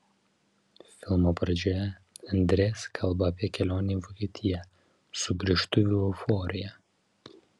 filmo pradžioje andres kalba apie kelionę į vokietiją sugrįžtuvių euforiją